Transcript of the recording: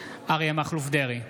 אריה מכלוף דרעי,